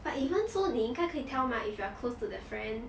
but even so 你应该可以 tell mah if you are close to that friend